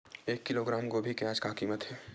एक किलोग्राम गोभी के आज का कीमत हे?